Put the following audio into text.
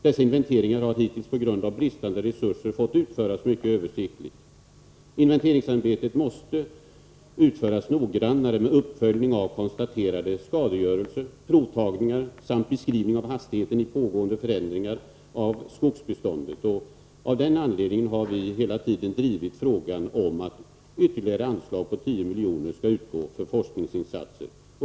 Dessa inventeringar har hittills på grund av bristande resurser fått utföras mycket översiktligt. Inventeringsarbetet måste utföras noggrannare, med uppföljning av konstaterade skadegörelser, provtagningar samt beskrivning av hastigheten i pågående förändringar av skogsbeståndet. Av den anledningen har vi hela tiden drivit förslaget att ytterligare anslag på 10 milj.kr. skall utgå för forskningsinsatser.